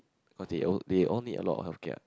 cause they all they all need a lot of healthcare